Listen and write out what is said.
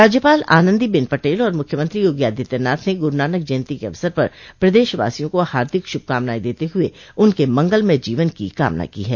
राज्यपाल आनंदीबेन पटेल और मुख्यमंत्री योगी आदित्यनाथ ने गुरू नानक जयन्ती के अवसर पर प्रदेशवासियों को हार्दिक श्रभकामनायें देते हुए उनर्के मंगलमय जीवन की कामना की है